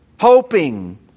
hoping